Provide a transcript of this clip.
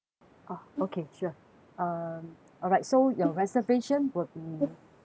oh okay sure um alright so your reservation will be